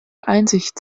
einsicht